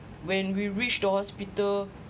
when we reached the hospital